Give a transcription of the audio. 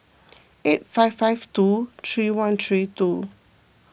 eight five five two three one three two